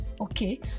okay